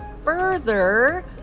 further